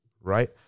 right